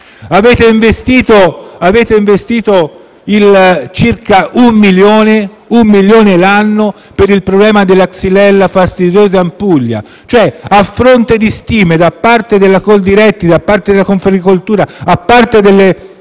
Avete investito circa un milione l'anno per il problema della *xylella fastidiosa* in Puglia. A fronte di stime da parte della Coldiretti, della Confagricoltura e delle